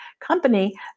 company